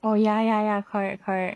oh ya ya ya correct correct